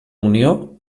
unió